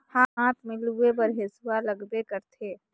हाथ में लूए बर हेसुवा लगबे करथे